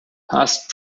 past